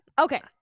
okay